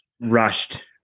rushed